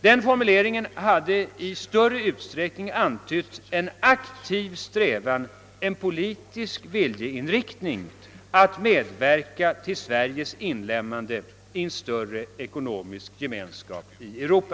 Den formuleringen hade i större utsträckning antytt en aktiv strävan, en politisk viljeinriktning att medverka till Sveriges inlemmande i en stor ekonomisk gemenskap i Europa.